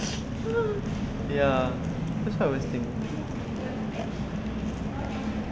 ya that what I was thinking